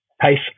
pace